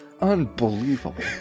Unbelievable